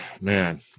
man